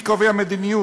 מי קובע מדיניות?